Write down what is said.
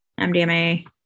MDMA